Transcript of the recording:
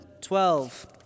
twelve